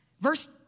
Verse